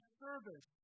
service